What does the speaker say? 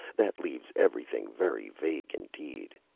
that leaves everything very vague indeed.